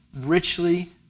richly